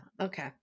Okay